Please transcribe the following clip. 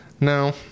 No